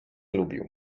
lubił